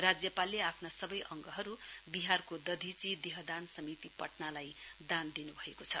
राज्यपालले आफ्ना सबै अङ्गहरु विहारतो दधिचि देहदान समिति पटनालाई दान दिनुभएको छ